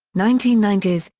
nineteen ninety s,